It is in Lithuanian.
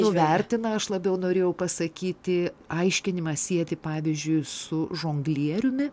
nuvertina aš labiau norėjau pasakyti aiškinimą sieti pavyzdžiui su žonglieriumi